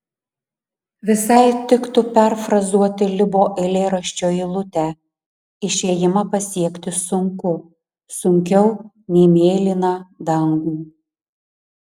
visai tiktų perfrazuoti libo eilėraščio eilutę išėjimą pasiekti sunku sunkiau nei mėlyną dangų